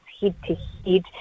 head-to-head